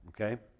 Okay